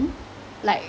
mm like